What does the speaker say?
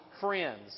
friends